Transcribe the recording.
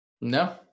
no